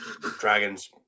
Dragons